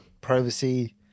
privacy